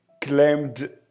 claimed